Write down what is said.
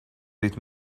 ditt